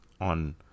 on